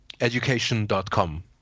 education.com